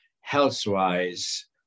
health-wise